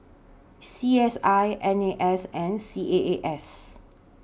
C S I N A S and C A A S